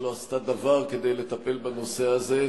שלא עשתה דבר כדי לטפל בנושא הזה,